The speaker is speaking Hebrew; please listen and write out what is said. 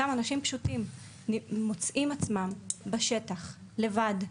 אותם אנשים פשוטים מוצאים עצמם בשטח לבד.